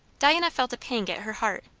diana felt a pang at her heart,